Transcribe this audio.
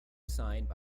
signed